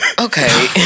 Okay